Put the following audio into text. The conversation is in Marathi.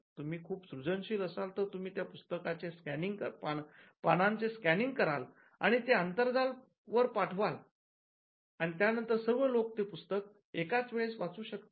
तुम्ही खूप सृजनशील असाल तर तुम्ही त्या पुस्तकाच्या पानांचे सकॅनिंग कराल आणि ते आंतरजालवर पाठवाल आणि त्यानंतर सर्व लोक ते पुस्तक एकाच वेळेस वाचू शकतील